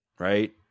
right